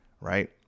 Right